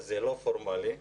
לא פורמלי.